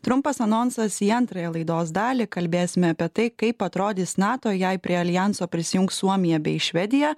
trumpas anonsas į antrąją laidos dalį kalbėsime apie tai kaip atrodys nato jei prie aljanso prisijungs suomija bei švedija